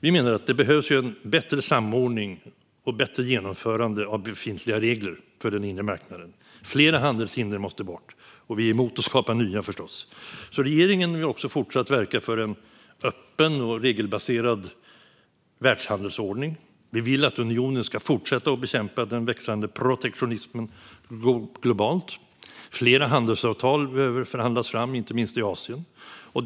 Vi menar att det behövs en bättre samordning och ett bättre genomförande av befintliga regler för den inre marknaden. Flera handelshinder måste bort, och vi är förstås emot att skapa nya. Regeringen vill fortsatt verka för en öppen och regelbaserad världshandelsordning. Vi vill att unionen ska fortsätta att bekämpa den växande protektionismen globalt. Flera handelsavtal behöver förhandlas fram, inte minst i Asien.